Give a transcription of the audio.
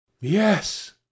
Yes